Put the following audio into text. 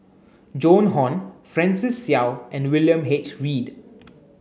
Joan Hon Francis Seow and William H Read